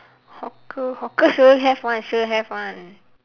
hawker hawker sure have one sure have one